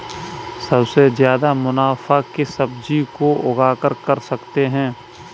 सबसे ज्यादा मुनाफा किस सब्जी को उगाकर कर सकते हैं?